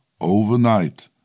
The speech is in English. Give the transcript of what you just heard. Overnight